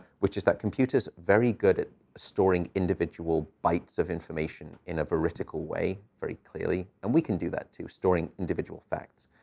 which is that computers are very good at storing individual bytes of information in a vertical way very clearly. and we can do that, too, storing individual facts.